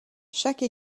chaque